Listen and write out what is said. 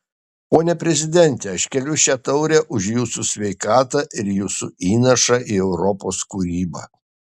pone prezidente aš keliu šią taurę už jūsų sveikatą ir jūsų įnašą į europos kūrybą